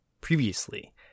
previously